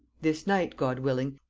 this night, god willing,